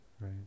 right